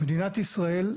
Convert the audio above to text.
שמדינת ישראל,